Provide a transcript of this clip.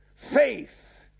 Faith